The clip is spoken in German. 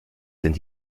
sind